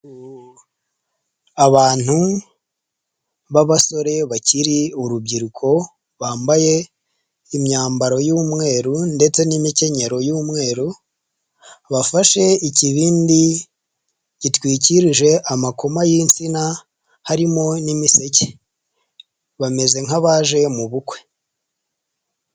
Abantu b'abasore bakiri urubyiruko bambaye imyambaro y'umweru ndetse n'imikenyero y'umweru, bafashe ikibindi gitwikirije amakoma y'insina harimo n'imiseke, bameze nk'abaje mu bukwe.